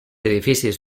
edificis